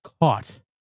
caught